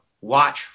watch